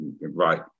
right